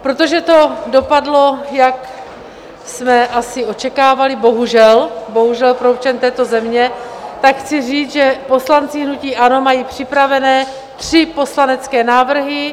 Protože to dopadlo tak, jak jsme asi očekávali, bohužel, bohužel pro občany této země, tak chci říct, že poslanci hnutí ANO mají připravené tři poslanecké návrhy.